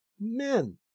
men